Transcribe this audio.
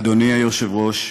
אדוני היושב-ראש,